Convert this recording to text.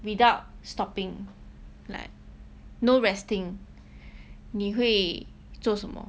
without stopping like no resting 你会做什么